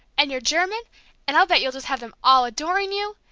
and your german and i'll bet you'll just have them all adoring you!